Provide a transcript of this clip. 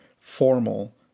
formal